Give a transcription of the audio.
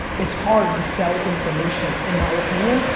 it's hard to sell information, in my opinion,